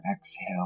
exhale